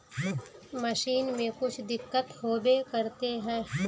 Machine में कुछ दिक्कत होबे करते है?